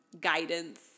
guidance